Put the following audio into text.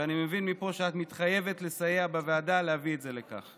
אני מבין מפה שאת מתחייבת לסייע בוועדה להביא את זה לכך.